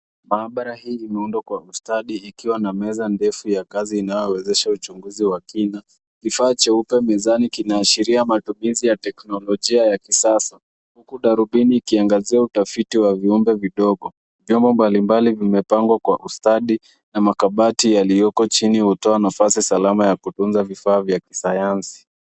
Maabara hii imeundwa kwa ustadi ikiwa na meza ndefu ya kazi inayowezesha uchunguzi wa kina. Kifaa cheupe mizani kinaashiria matumizi ya teknolojia ya kisasa huku darubini ikiangazia utafiti wa viumbe vidogo. Vyombo mbalimbali vimepangwa kwa ustadi na makabati yaliyoko chini hutoa nafasi salama ya kutunza vifaa vya kisayansi.